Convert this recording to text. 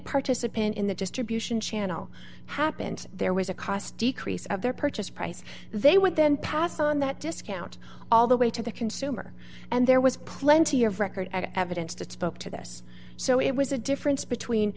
participant in the distribution channel happened there was a cost decrease of their purchase price they would then pass on that discount all the way to the consumer and there was plenty of record evidence that spoke to this so it was a difference between